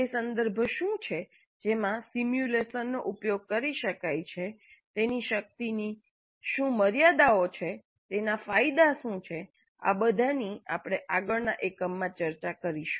તે સંદર્ભ શું છે જેમાં સિમ્યુલેશનનો ઉપયોગ કરી શકાય છે તેની શક્તિની મર્યાદાઓ શું છે તેના ફાયદા શું છે આ બધાની આપણે આગળના એકમમાં ચર્ચા કરીશું